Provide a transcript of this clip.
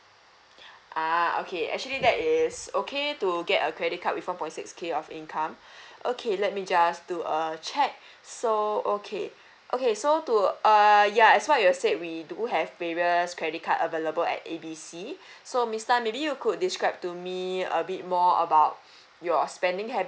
ah okay actually that is okay to get a credit card with one point six K of income okay let me just do a check so okay okay so to err ya as what you have said we do have various credit card available at A B C so miss tan maybe you could describe to me a bit more about your spending habits